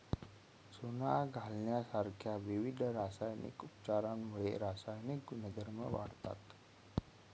चुना घालण्यासारख्या विविध रासायनिक उपचारांमुळे रासायनिक गुणधर्म वाढतात